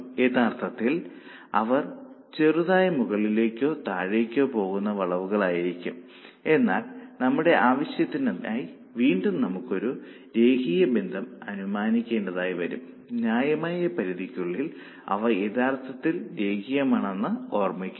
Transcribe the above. യഥാർത്ഥത്തിൽ അവർ ചെറുതായി മുകളിലേക്കോ താഴേക്ക് പോകുന്ന വളവുകൾ ആയിരിക്കാം എന്നാൽ നമ്മുടെ ആവശ്യത്തിനായി വീണ്ടും നമുക്കൊരു രേഖീയ ബന്ധം അനുമാനിക്കേതായി വരും ന്യായമായ പരിധിക്കുള്ളിൽ അവ യഥാർത്ഥത്തിൽ രേഖീയമാണെന്ന് ഓർമിക്കുക